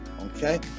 okay